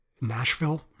Nashville